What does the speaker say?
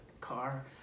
car